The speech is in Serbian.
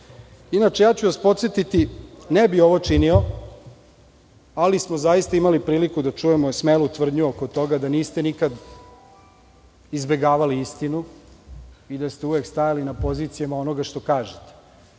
možete gore. Podsetiću vas, ne bih ovo činio, ali smo imali priliku da čujemo smelu tvrdnju oko toga da niste nikad izbegavali istinu i da ste uvek stajali na pozicijama onoga što kažete.